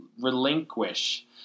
relinquish